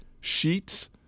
sheets